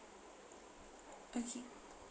okay